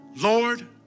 Lord